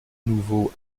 nouveau